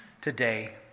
today